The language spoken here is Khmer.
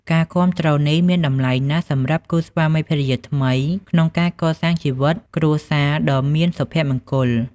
ការគាំទ្រនេះមានតម្លៃណាស់សម្រាប់គូស្វាមីភរិយាថ្មីក្នុងការកសាងជីវិតគ្រួសារដ៏មានសុភមង្គល។